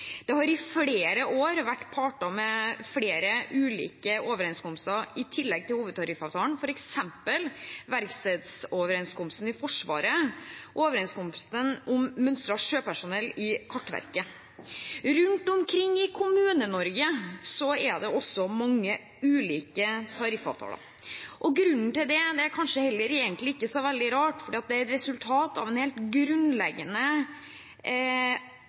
Det har i flere år vært parter med flere ulike overenskomster i tillegg til Hovedtariffavtalen, f.eks. Verkstedsoverenskomsten i Forsvaret og Overenskomst om mønstret sjøpersonell i Kartverket. Rundt omkring i Kommune-Norge er det også mange ulike tariffavtaler. Grunnen til det er egentlig kanskje heller ikke så veldig rar, for det er et resultat av en helt grunnleggende